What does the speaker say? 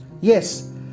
yes